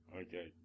okay